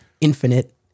Infinite